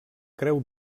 creu